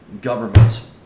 governments